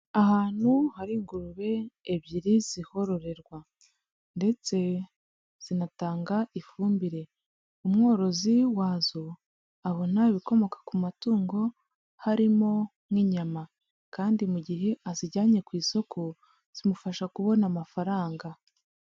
Ahantu hari ingurube ebyiri zihororerwa ndetse zinatanga ifumbire. Umworozi wazo, abona ibikomoka ku matungo, harimo n'inyama kandi mu gihe azijyanye ku isoko, zimufasha kubona amafaranga.